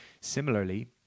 Similarly